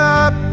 up